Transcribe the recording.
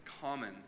common